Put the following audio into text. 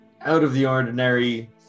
out-of-the-ordinary